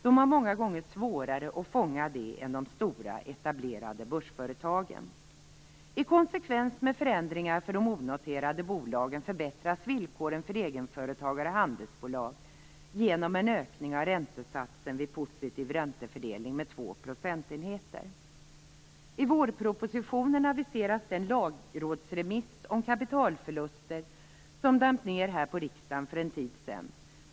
De har många gånger svårare än de stora etablerade börsföretagen att fånga detta. I konsekvens med förändringar för de onoterade bolagen förbättras villkoren för egenföretagare i handelsbolag genom en ökning av räntesatsen vid positiv räntefördelning med två procentenheter. I vårpropositionen aviseras den lagrådsremiss om kapitalförluster som damp ner här hos riksdagen för en tid sedan.